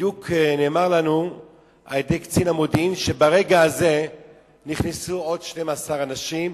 בדיוק נאמר לנו על-ידי קצין המודיעין שברגע הזה נכנסו עוד 12 אנשים,